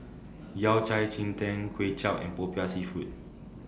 Yao Cai Ji Tang Kway Chap and Popiah Seafood